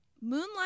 Moonlight